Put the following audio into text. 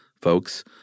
folks